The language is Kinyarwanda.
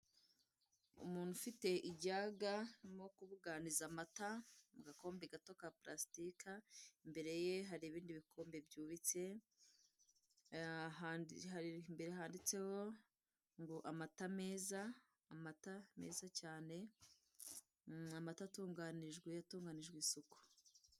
Umuntu ufite ijyaga urimo kubuganiza amata mu gakombe gato ka purasitika, imbere ye hari ibindi bikombe byubitse, imbere handitseho ngo amata meza, amata meza cyane, amata atunganijwe, atunganijwe isuku.